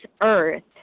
earth